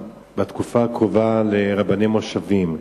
בתקופה הקרובה 50 תקנים של רבני מושבים.